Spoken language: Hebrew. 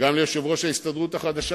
גם ליושב-ראש ההסתדרות החדשה,